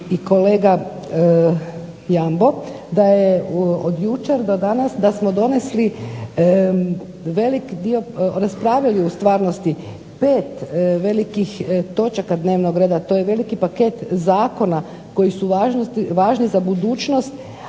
i kolega Jambo da je od jučer do danas da smo donijeli velik dio, raspravili u stvarnosti 5 velikih točaka dnevnog reda. To je veliki paket zakona koji su važni za budućnost,